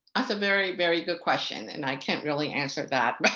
that's a very very good question and i can't really answer that.